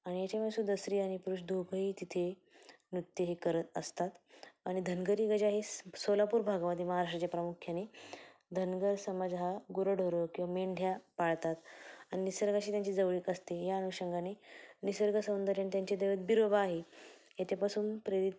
आणि याच्यामुळे सुद्धा स्त्री आणि पुरूष दोघंही तिथे नृत्य हे करत असतात आणि धनगरी गजा हे सोलापूर भागामध्ये महाराष्ट्राच्या प्रामुख्याने धनगर समाज हा गुरंढोरं किंवा मेंढ्या पाळतात आणि निसर्गाशी त्यांची जवळीक असते या अनुषंगाने निसर्गसौंदर्य नी त्यांचे देवात बिरोबा आहे याच्यापासून प्रेरित